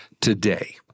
today